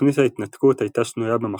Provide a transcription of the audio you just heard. תוכנית ההתנתקות הייתה שנויה במחלוקת,